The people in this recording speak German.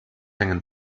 hängen